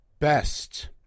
best